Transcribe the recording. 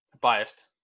Biased